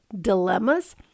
dilemmas